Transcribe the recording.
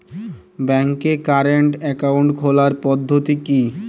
ব্যাংকে current account খোলার পদ্ধতি কি?